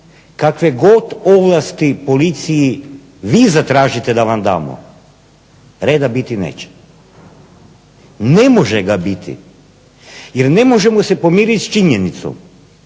kakve god ovlasti policiji vi zatražite da vam damo reda biti neće. Ne može ga biti jer ne možemo se pomiriti s činjenicom